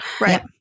Right